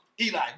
Eli